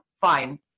fine